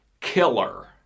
killer